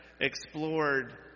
explored